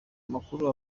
amakuru